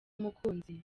umukunzi